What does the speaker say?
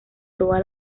toda